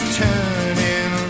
turning